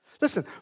Listen